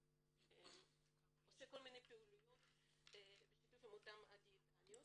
עושה כל מיני פעילויות בשיתוף עם אותן דיאטניות.